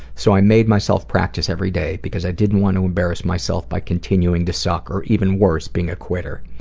so i made myself practice every day because i didn't want to embarrass myself by continuing to suck, or even worse, being a quitter.